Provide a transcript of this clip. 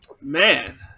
Man